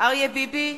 אריה ביבי,